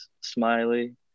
Smiley